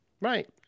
Right